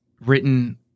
written